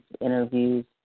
interviews